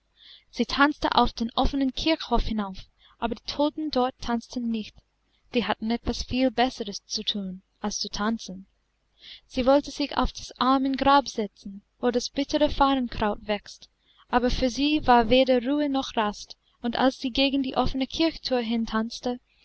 sie tanzte auf den offenen kirchhof hinauf aber die toten dort tanzten nicht die hatten etwas viel besseres zu thun als zu tanzen sie wollte sich auf des armen grab setzen wo das bittere farrenkraut wächst aber für sie war weder ruhe noch rast und als sie gegen die offene kirchthür hintanzte